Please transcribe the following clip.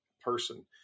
person